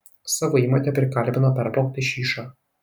savo įmotę prikalbino perplaukti šyšą